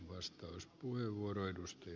arvoisa puhemies